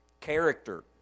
Character